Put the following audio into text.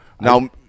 Now